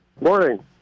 Morning